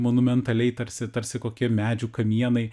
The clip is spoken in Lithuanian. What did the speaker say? monumentaliai tarsi tarsi kokie medžių kamienai